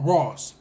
Ross